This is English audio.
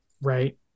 Right